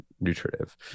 nutritive